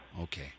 okay